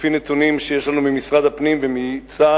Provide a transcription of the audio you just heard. לפי נתונים שיש לנו ממשרד הפנים ומצה"ל,